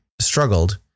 struggled